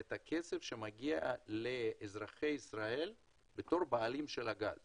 את הכסף שמגיע לאזרחי ישראל בתור בעלים של הגז